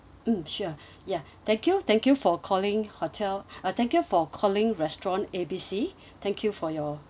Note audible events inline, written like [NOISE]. mm sure [BREATH] ya [BREATH] thank you thank you for calling hotel [BREATH] uh thank you for calling restaurant A B C [BREATH] thank you for your